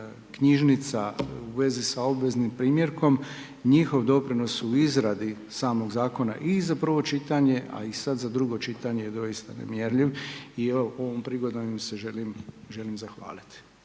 knjižnica u vezi sa obveznim primjerkom, njihov doprinos u izradi samog Zakona i za prvo čitanje, a i sad za drugo čitanje je doista nemjerljiv i evo, ovom prigodom im se želim zahvaliti.